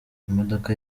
imodoka